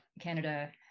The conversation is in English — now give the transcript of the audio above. Canada